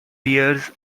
bears